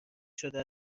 شده